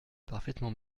parfaitement